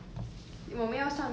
很难 uh